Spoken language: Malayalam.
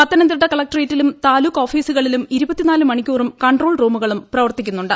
പത്തനംതിട്ട കളക്റ്ററേറ്റിലും താലൂക്ക് ഓഫീസുകളിലും മണിക്കൂറും കൺട്രോൾ റൂമുകളും പ്രവർത്തിക്കുന്നുണ്ട്